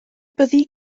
byddi